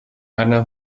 eine